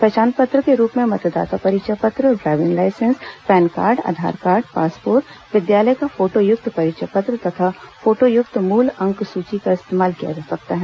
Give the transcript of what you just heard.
पहचान पत्र के रूप में मतदाता परिचय पत्र driving licence PAN card Aadhaar card passport विद्यालय का फोटोयुक्त परिचय पत्र तथा फोटोयुक्त मूल अंक सूची का इस्तेमाल किया जा सकता है